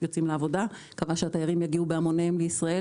אני מקווה שהתיירים יגיעו בהמוניהם לישראל,